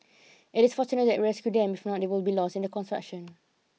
it is fortunate that we rescued them if not they would be lost in the construction